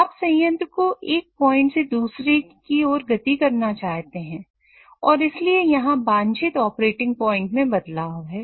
आप संयंत्र को एक पॉइंट से दूसरे की ओर गति करना चाहते हैं और इसलिए यहां वांछित ऑपरेटिंग पॉइंट में बदलाव है